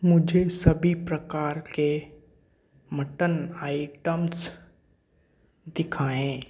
मुझे सभी प्रकार के मटन आइटम्स दिखाएँ